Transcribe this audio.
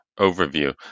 overview